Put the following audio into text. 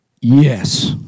yes